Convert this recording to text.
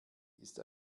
ist